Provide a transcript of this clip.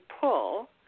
pull